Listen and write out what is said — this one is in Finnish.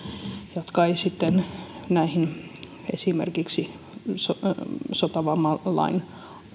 joka ei sitten esimerkiksi näihin sotavammalain